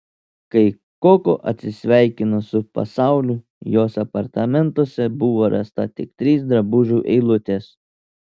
kai koko atsisveikino su pasauliu jos apartamentuose buvo rasta tik trys drabužių eilutės